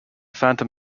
phantom